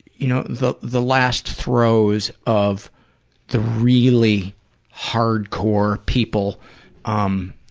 you know, the the last throes of the really hard-core people um